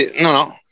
No